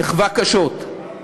נֶכווה קשות.